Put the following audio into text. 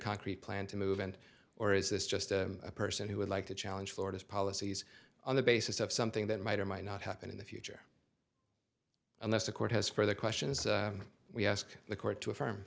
concrete plan to movement or is this just a person who would like to challenge florida's policies on the basis of something that might or might not happen in the future unless the court has further questions we ask the court to affirm